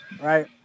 right